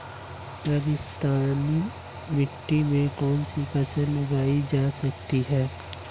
रेगिस्तानी मिट्टी में कौनसी फसलें उगाई जा सकती हैं?